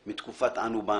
מתקופת אנו באנו.